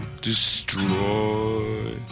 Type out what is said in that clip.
destroy